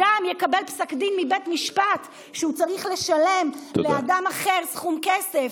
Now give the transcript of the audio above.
או אדם יקבל פסק דין מבית משפט שהוא צריך לשלם לאדם אחר סכום כסף,